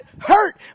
hurt